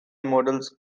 models